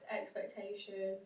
expectation